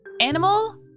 animal